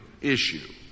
issue